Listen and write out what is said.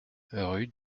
rue